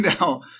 now